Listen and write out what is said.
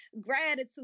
gratitude